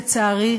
לצערי,